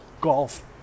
Golf